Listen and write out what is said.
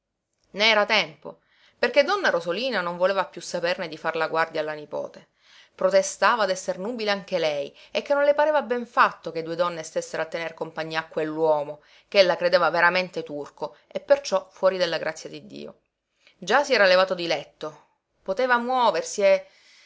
era tempo perché donna rosolina non voleva piú saperne di far la guardia alla nipote protestava d'esser nubile anche lei e che non le pareva ben fatto che due donne stessero a tener compagnia a quell'uomo ch'ella credeva veramente turco e perciò fuori della grazia di dio già si era levato di letto poteva muoversi